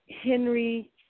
Henry